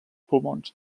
pulmons